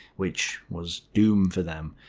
which was doom for them.